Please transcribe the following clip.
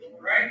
Right